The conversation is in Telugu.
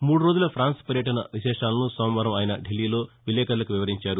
మూడు రోజుల ఫాన్స్ పర్యటన విశేషాలను సోమవారం ఆయన ఢిల్లీలో విలేకర్లకు వివరించారు